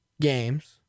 games